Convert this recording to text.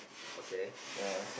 okay